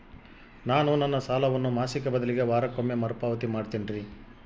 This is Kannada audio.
ನಾನು ನನ್ನ ಸಾಲವನ್ನು ಮಾಸಿಕ ಬದಲಿಗೆ ವಾರಕ್ಕೊಮ್ಮೆ ಮರುಪಾವತಿ ಮಾಡ್ತಿನ್ರಿ